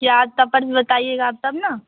क्या बताइएगा आप तब ना